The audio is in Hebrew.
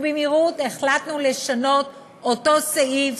ובמהירות החלטנו לשנות את אותו סעיף,